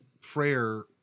prayer